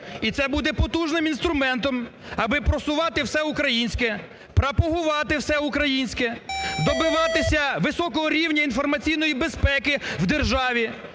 І це буде потужним інструментом, аби просувати вусе українське, пропагувати все українське, добиватися високого рівня інформаційної безпеки в державі